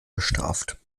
bestraft